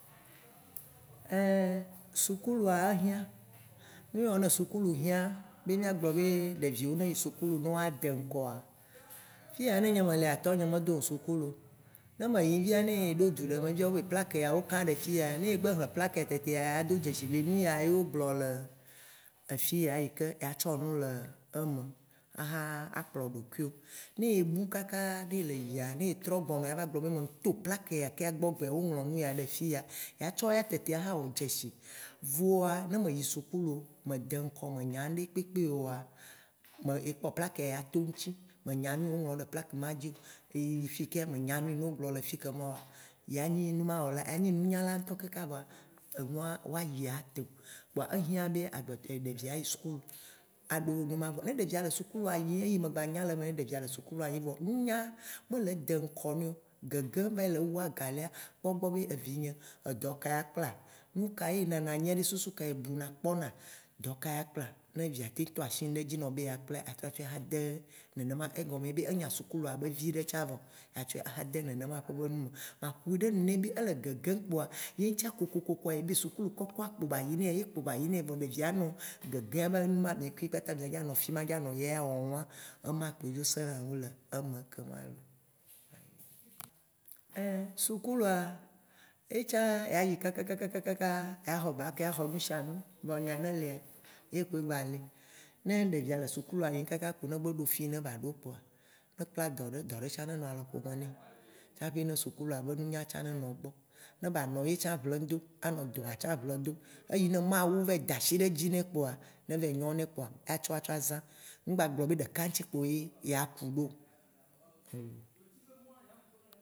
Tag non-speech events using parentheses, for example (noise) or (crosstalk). Ein Sukulua ehiã, nu yi wɔ ne sukulu hiã be mìagblɔ be ɖeviwo ne yi sukulu ne woa de ŋkɔa, fiya ne nye malea, tɔnye me dom sukulu o, ne me yiyim via ne ye ɖo dzu ɖe me wo be plaque ya wo kã ɖe fiya ne egbe xle plaque ya tetea ya do dzesi be nu ya ye wo gblɔ le efiya yi ke ya tsɔ nu le eme, aha akplɔ ɖokuiwo, ne ebu kakaaa ne ele yiyia, ne trɔ gbɔnɔa ya va gblɔ be me to plaque ya ka gbɔ egbea, wo ŋlɔ nuya ɖe fiya, ya tsɔ ya tetea aha wɔ dzesi. Vɔa ne me yi sukulu, mede ŋkɔ menya ŋɖekpekpe oa, ye kpɔ plaquea ya to eŋti me nya nu yi wo ŋkɔ ɖe plaque ma dzi o. Ye yi fiyikea menya nu yi wo gblɔ le fi kema o ya nye nunyala ŋtɔ kaka vɔa, enuawo ayi ado kpoa ehiã be ɖevia ayi sukulu aɖo. (unintelligible) Ne ɖevi le sukulua eyi me gba nya le emea, ne ɖevia le sukulua yim vɔ nunya mele de ŋkɔ nɛ o, gege vayi le wu agã lea, kpɔ gbɔ be evinye edɔka ya kpla? Nuka ye enana nyia ɖe, susu ka ye buna kpɔna? Dɔ ka ya kpla? Ne via teŋ tɔ asi ŋɖe dzi nɔ be ya kpla atrɔ tsɔe ade nenema, egɔme ye be enya sukulua be viɖe tsa vɔ, ya tsɔe axa de nenema ƒe be nu me. Maƒoe ɖe nu ne be ele gege kpoa, ye ŋtsia kokokoa ye be sukulu kɔkɔa kpo ba yi ne yea ye kpo bayi ne ye. Vɔ ɖevia anɔ gegea be numa, mì kui kpata mìa dzo nɔ fima anɔ eya wɔm wã, ema kpoe dzo sena ŋu le eme kema loo.. Ein sukulua, ye tsã ya yi kakakaka ya xɔ bac ya xɔ nusianu, vɔ nya yi ne lia, ye kpoe gbali. Ne ɖevia le sukulua yi kaka kpo ne gbe ɖo fiyi ne ba ɖo kpoa, ne kpla dɔ ɖe, dɔ ɖe tsã nenɔ alɔ ƒo me nɛ tsaƒe ne sukulua be nunya tsã ne nɔ egbɔ. Ne ba nɔ ye tsã ʋlem do, ba nɔ dɔ tsa ʋlem do. Eyi ne Mawu va yi da si ɖe edzi nɛ kpoa, ne va yi nyo nɛ kpoa ya tsɔ atsaɔ azã, mgba gblɔ be ɖeka ŋti kpoe ya kuɖo